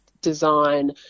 design